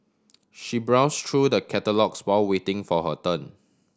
she browse through the catalogues while waiting for her turn